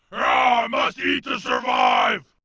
ahhh must eat to survive.